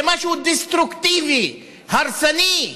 זה משהו דסטרוקטיבי, הרסני.